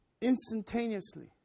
instantaneously